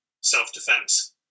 self-defense